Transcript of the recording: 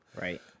Right